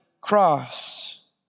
cross